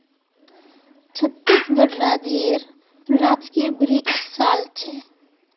छत्तीसगढ़ राज्येर राजकीय वृक्ष साल छे